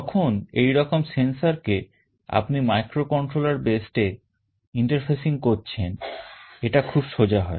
যখন এইরকম sensor কে আপনি microcontroller board এ interfacing করছেন এটা খুব সোজা হয়